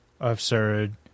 absurd